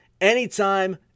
anytime